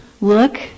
Look